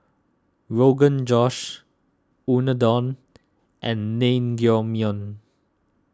Rogan Josh Unadon and Naengmyeon